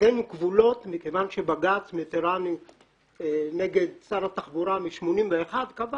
ידנו כבולות כיוון שבג"ץ נגד שר התחבורה משנת 1981 קבע